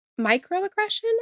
microaggression